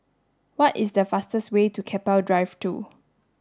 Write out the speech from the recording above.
what is the fastest way to Keppel Drive Two